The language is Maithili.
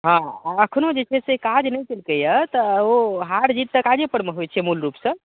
हँ एखनो जे छै से काज नहि कयलकैया तऽ ओ हार जीत तऽ काजे परमे होइत छै मूल रूपसँ